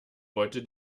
wollte